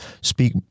speak